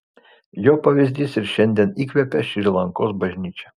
jo pavyzdys ir šiandien įkvepia šri lankos bažnyčią